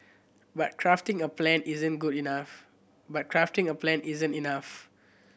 but crafting a plan isn't good enough but crafting a plan isn't enough